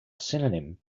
synonym